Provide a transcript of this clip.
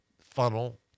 funnel